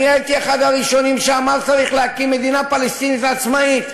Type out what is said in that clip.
אני הייתי אחד הראשונים שאמרו שצריך להקים מדינה פלסטינית עצמאית.